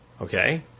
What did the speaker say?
okay